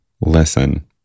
Listen